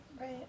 Right